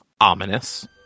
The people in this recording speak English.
ominous